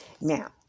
Now